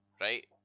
Right